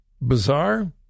Bizarre